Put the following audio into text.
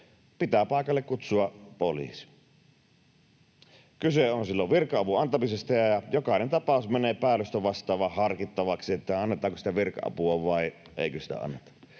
pitää paikalle kutsua poliisi. Kyse on silloin virka-avun antamisesta, ja jokainen tapaus menee päällystövastaavan harkittavaksi, annetaanko sitä virka-apua vai eikö sitä anneta.